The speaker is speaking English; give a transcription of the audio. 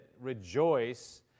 rejoice